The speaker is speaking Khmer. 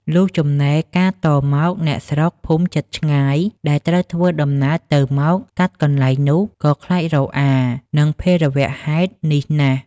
លុះចំណេរកាលតមក អ្នកស្រុក-ភូមិជិតឆ្ងាយ ដែលត្រូវធ្វើដំណើរទៅមកកាត់កន្លែងនោះ ក៏ខ្លាចរអានឹងភេរវៈហេតុនេះណាស់